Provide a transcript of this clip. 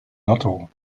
lotto